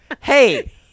Hey